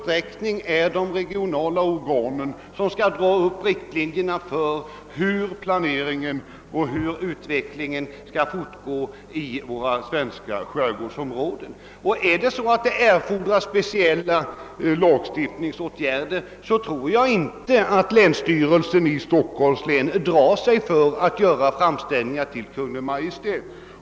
Jag hävdar bestämt att de regionala organen i stor utsträckning måste dra upp riktlinjerna för planeringen och utvecklingen i våra svenska skärgårdsområden. Om det erfordras speciella lagstiftningsåtgärder, tror jag inte att länsstyrelsen i Stockholms län drar sig för att göra framställningar till Kungl. Maj:t.